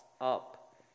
up